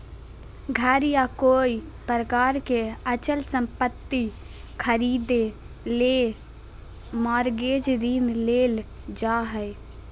घर या कोय प्रकार के अचल संपत्ति खरीदे ले मॉरगेज ऋण लेल जा हय